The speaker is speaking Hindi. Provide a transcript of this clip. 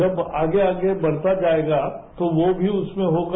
जब आगे आगे बढ़ता जाएगा तो वो भी उसमें होगा